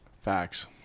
Facts